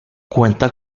cuenta